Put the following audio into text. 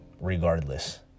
regardless